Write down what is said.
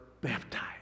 baptized